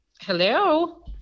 Hello